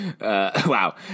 Wow